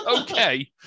okay